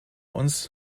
uns